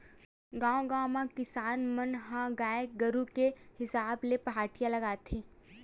गाँव गाँव म किसान मन ह गाय गरु के हिसाब ले पहाटिया लगाथे